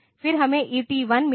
फिर हमें ET1 मिला है